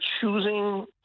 choosing